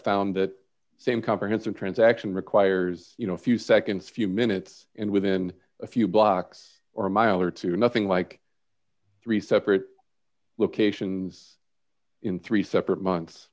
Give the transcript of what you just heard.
found that same comprehensive transaction requires you know a few seconds few minutes and within a few blocks or a mile or two nothing like three separate locations in three separate